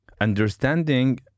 Understanding